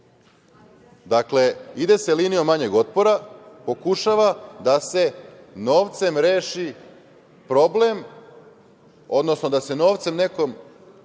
Dakle, ide se linijom manjeg otpora, pokušava da se novcem reši problem, odnosno da se novcem nekome